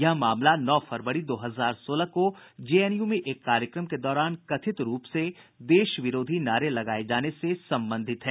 यह मामला नौ फरवरी दो हजार सोलह को जेएनयू में एक कार्यक्रम के दौरान कथित रूप से देशविरोधी नारे लगाये जाने से संबंधित है